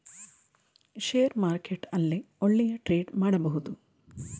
share market ಅಲ್ಲೇ ಒಳ್ಳೆಯ trade ಮಾಡಬಹುದು